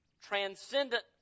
transcendent